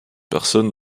personne